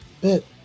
bit